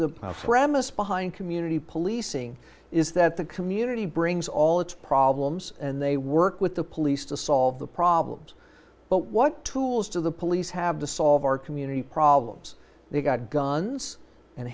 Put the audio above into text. the premise behind community policing is that the community brings all its problems and they work with the police to solve the problems but what tools to the police have to solve our community problems they've got guns